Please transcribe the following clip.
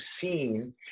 seen